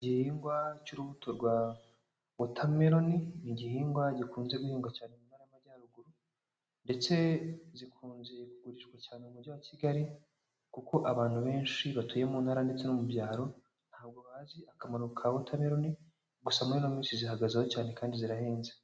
igihingwa cy'urubuto rwa wotameroni, ni igihingwa gikunze guhinga cyane mu ntara y'Amajyaruguru, ndetse zikunze kugurishwa cyane mu mujyi wa Kigali, kuko abantu benshi batuye mu ntara ndetse no mu byaro, ntabwo bazi akamaro ka wotameroni, gusa muri ino minsi zihagazeho cyane kandi zirahenze.